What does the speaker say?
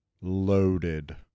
loaded